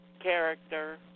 character